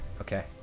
Okay